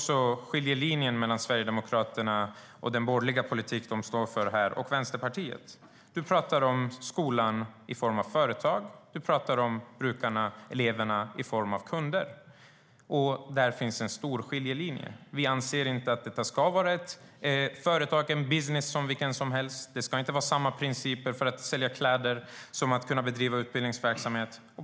Skiljelinjen mellan Sverigedemokraterna med sin borgerliga politik och Vänsterpartiet blir tydlig. Robert Stenkvist pratar om skolan i form av företag. Robert Stenkvist pratar om brukarna och eleverna i form av kunder. Där finns en viktig skiljelinje. Vi anser inte att detta ska vara ett företag, en business som vilken som helst. Det ska inte vara samma principer för att sälja kläder som för att bedriva utbildningsverksamhet.